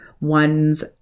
ones